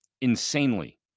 insanely